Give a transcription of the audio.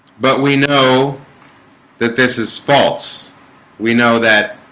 but we know that this is false we know that